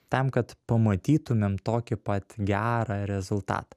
tam kad pamatytumėm tokį pat gerą rezultat